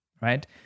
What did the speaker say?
right